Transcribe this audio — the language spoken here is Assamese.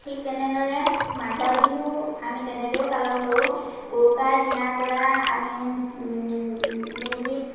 ঠিক তেনেদৰে মাঘৰ বিহু আমি তেনেদৰেই পালন কৰোঁ উৰুকাৰ দিনাৰ পৰা আমি মেজি